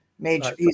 Major